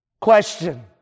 Question